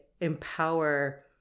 empower